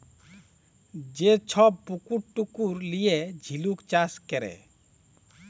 যে ছব পুকুর টুকুর লিঁয়ে ঝিলুক চাষ ক্যরে